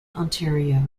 ontario